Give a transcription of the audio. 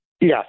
Yes